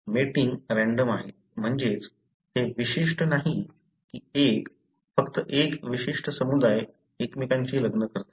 mating random आहे म्हणजे हे विशिष्ट नाही की एक फक्त एक विशिष्ट समुदाय एकमेकांशी लग्न करतो